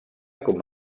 com